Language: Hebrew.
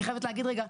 אני חייבת להגיד רגע,